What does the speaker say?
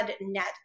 net